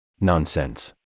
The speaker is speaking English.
Nonsense